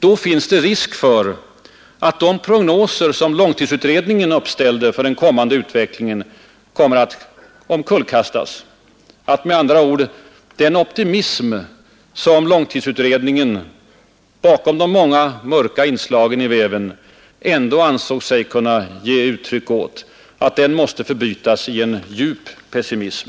Då finns det risk för att de prognoser som långtidsutredningen uppställde för den kommande utvecklingen kullkastas, att med andra ord den optimism, som långtidsutredningen bakom de många mörka inslagen i väven ändå ansåg sig kunna ge uttryck åt, måste förbytas i djup pessimism.